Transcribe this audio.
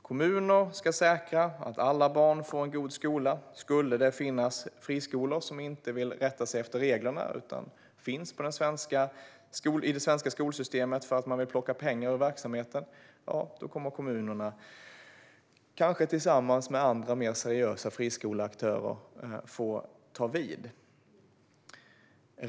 Kommuner ska säkra att alla barn får en god skolgång. Skulle det finnas friskolor som inte vill rätta sig efter reglerna utan finns i det svenska skolsystemet för att man vill plocka pengar ur verksamheten, då får kommunerna ta vid, kanske tillsammans med andra mer seriösa friskoleaktörer.